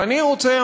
ואני רוצה,